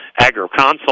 AgroConsult